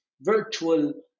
virtual